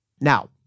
Now